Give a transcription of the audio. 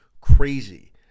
Crazy